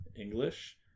english